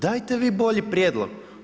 Dajte vi bolji prijedlog.